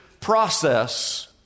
process